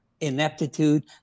ineptitude